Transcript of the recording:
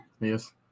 Yes